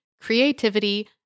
creativity